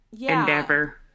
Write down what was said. endeavor